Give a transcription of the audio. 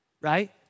right